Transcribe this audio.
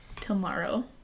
Tomorrow